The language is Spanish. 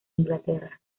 inglaterra